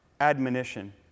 admonition